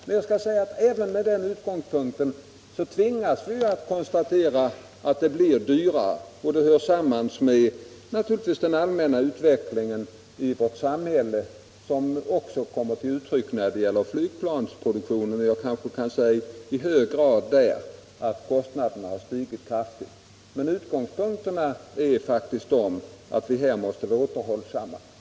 Men även med den utgångspunkten tvingas vi konstatera att det blir dyrare, och det hör naturligtvis samman med den allmänna utvecklingen i vårt samhälle, som i hög grad kommer till uttryck också när det gäller flygplansproduktionen. Kostnaderna har alltså stigit kraftigt, men utgångspunkten är faktiskt att vi måste vara återhållsamma.